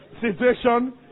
situation